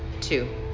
two